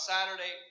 Saturday